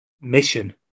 mission